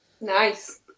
Nice